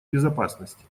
безопасности